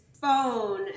phone